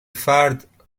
فرد